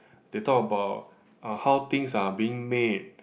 they talk about uh how things are being made